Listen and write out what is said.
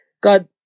God